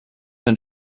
man